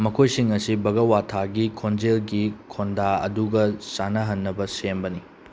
ꯃꯈꯣꯏꯁꯤꯡ ꯑꯁꯤ ꯕꯒꯋꯥꯊꯥꯒꯤ ꯈꯣꯟꯖꯦꯜꯒꯤ ꯈꯣꯟꯗꯥ ꯑꯗꯨꯒ ꯆꯥꯟꯅꯍꯟꯅꯕ ꯁꯦꯝꯕꯅꯤ